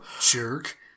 Jerk